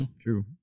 true